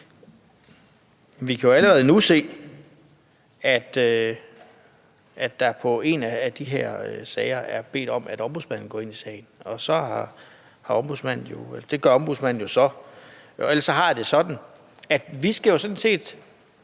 Vi kan jo allerede nu se, at der i en af de her sager er blevet bedt om, at Ombudsmanden går ind i sagen. Det gør Ombudsmanden så. Ellers har jeg det sådan, at vi, uanset